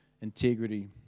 integrity